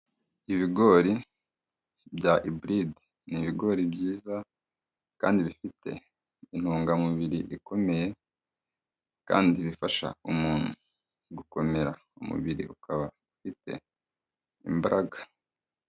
Ibigori bya iburide, ni ibigori byiza, kandi bifite intungamubiri ikomeye, kandi bifasha umuntu, gukomera umubiri ukaba ufite imbaraga.